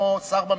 כמו שר בממשלה,